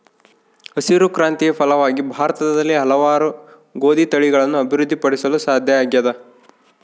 ಹಸಿರು ಕ್ರಾಂತಿಯ ಫಲವಾಗಿ ಭಾರತದಲ್ಲಿ ಹಲವಾರು ಗೋದಿ ತಳಿಗಳನ್ನು ಅಭಿವೃದ್ಧಿ ಪಡಿಸಲು ಸಾಧ್ಯ ಆಗ್ಯದ